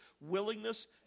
willingness